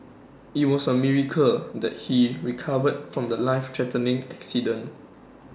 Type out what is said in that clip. IT was A miracle that he recovered from The Life threatening accident